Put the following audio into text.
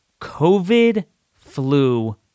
COVID-flu